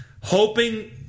Hoping